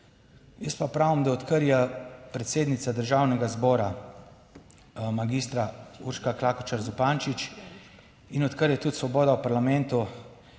Jaz pa pravim, da odkar je predsednica Državnega zbora magistra Urška Klakočar Zupančič in odkar je tudi Svoboda v parlamentu,